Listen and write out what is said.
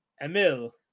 Emil